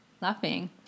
laughing